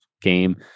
game